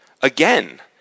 again